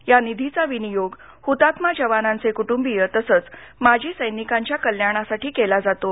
या निधीचा विनियोग हुतात्मा जवानांचे कुटुंबीय तसंच माजी सैनिकांच्या कल्याणासाठी केला जातो